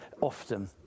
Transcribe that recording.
often